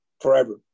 forever